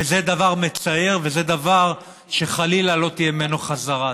וזה דבר מצער וזה דבר שחלילה לא תהיה ממנו חזרה.